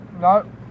No